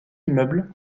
immeubles